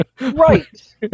Right